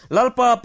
Lalpa